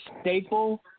staple